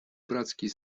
братские